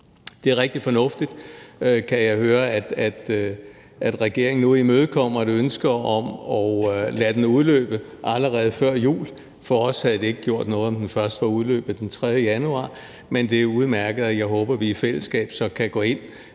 Det er rigtig fornuftigt, at regeringen nu imødekommer et ønske om at lade den udløbe allerede før jul, men for os havde det ikke gjort noget, om den først var udløbet den 3. januar, men det er udmærket, og jeg håber, at vi så i fællesskab kan gå ind